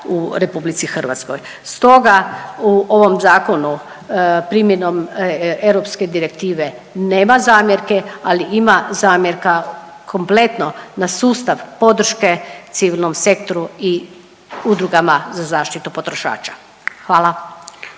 u RH. Stoga u ovom zakonu primjenom europske direktive nema zamjerke, ali ima zamjerka kompletno na sustav podrške civilnom sektoru i udrugama za zaštitu potrošača. Hvala.